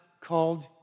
called